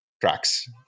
tracks